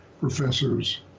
professor's